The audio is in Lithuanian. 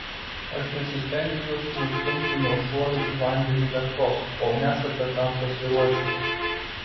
aš nesistengiu jūsų nustumti nuo šuolių į vandenį lentos kol nesate tam pasiruošęs